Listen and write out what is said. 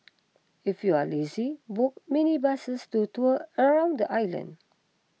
if you are lazy book minibuses to tour around the island